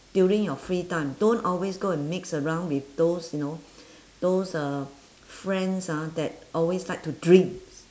during your free time don't always go and mix around with those you know those uh friends ah that always like to drinks